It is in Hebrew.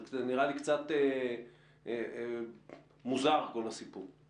אז נראה לי קצת מוזר כל הסיפור.